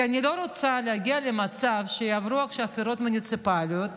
כי אני לא רוצה להגיע למצב שיעברו עכשיו בחירות מוניציפליות,